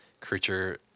creature